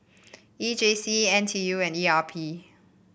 E J C N T U and E R P